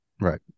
Right